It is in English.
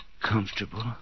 comfortable